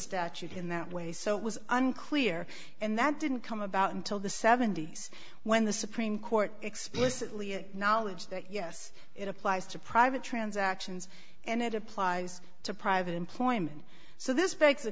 statute in that way so it was unclear and that didn't come about until the seventy's when the supreme court explicitly acknowledged that yes it applies to private transactions and it applies to private employment so this b